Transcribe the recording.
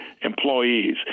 employees